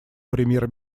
премьер